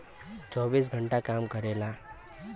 चौबीस घंटा काम करेला